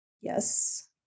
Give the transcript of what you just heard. Yes